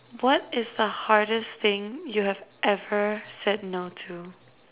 what is the hardest thing you have ever said no to